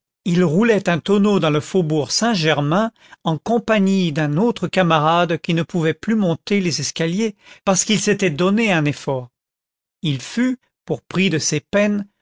book search un tonneau dans le faubourg saint-germain en compagnie d'un autre camarade qui ne pouvait plus monter les escaliers parce qu'il s'était donné un effort il fut pour prix de ses peines